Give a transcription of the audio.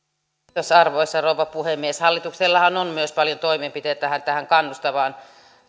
arvoisa rouva puhemies hallituksellahan on myös paljon toimenpiteitä tähän tähän kannustavaan